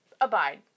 abide